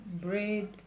bread